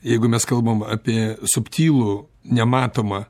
jeigu mes kalbam apie subtilų nematomą